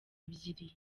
ebyiri